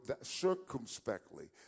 circumspectly